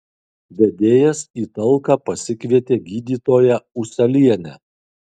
vedėjas į talką pasikvietė gydytoją ūselienę